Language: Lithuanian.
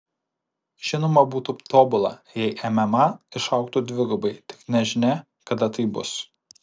žinoma būtų tobula jei mma išaugtų dvigubai tik nežinia kada tai bus